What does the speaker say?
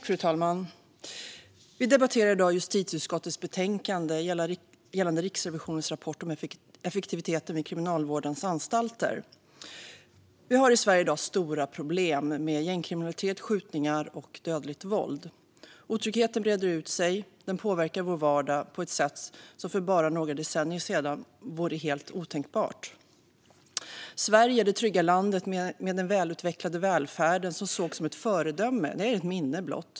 Fru talman! Vi debatterar i dag justitieutskottets betänkande gällande Riksrevisionens rapport om effektiviteten vid Kriminalvårdens anstalter. Vi har i Sverige i dag stora problem med gängkriminalitet, skjutningar och dödligt våld. Otryggheten breder ut sig. Den påverkar vår vardag på ett sätt som för bara några decennier sedan vore helt otänkbart. Sverige, det trygga landet med den välutvecklade välfärden som sågs som ett föredöme är ett minne blott.